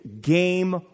game